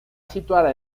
situada